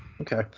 Okay